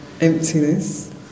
emptiness